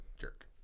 jerk